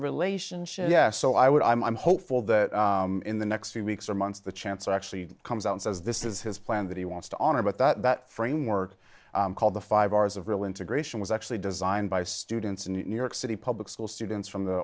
relationship yes so i would i'm i'm hopeful that in the next few weeks or months the chancellor actually comes out and says this is his plan that he wants to honor but that framework called the five hours of real integration was actually designed by students in new york city public school students from the